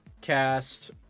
Cast